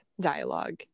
dialogue